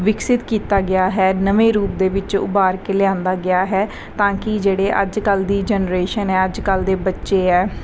ਵਿਕਸਿਤ ਕੀਤਾ ਗਿਆ ਹੈ ਨਵੇਂ ਰੂਪ ਦੇ ਵਿੱਚ ਉਭਾਰ ਕੇ ਲਿਆਉਂਦਾ ਗਿਆ ਹੈ ਤਾਂ ਕਿ ਜਿਹੜੇ ਅੱਜ ਕੱਲ ਦੀ ਜਨਰੇਸ਼ਨ ਹੈ ਅੱਜ ਕੱਲ੍ਹ ਦੇ ਬੱਚੇ ਹੈ